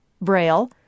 Braille